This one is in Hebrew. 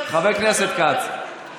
חבר הכנסת כץ,